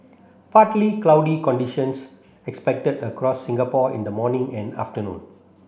partly cloudy conditions expected across Singapore in the morning and afternoon